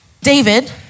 David